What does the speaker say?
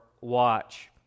watch